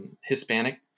Hispanic